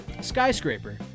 skyscraper